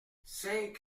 cinq